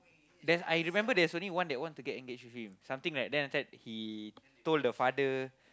there's I remember there's only one that want to get engaged with him something like that and said he told the father